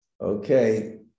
Okay